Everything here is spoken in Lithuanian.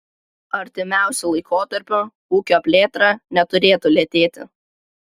artimiausiu laikotarpiu ūkio plėtra neturėtų lėtėti